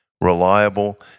reliable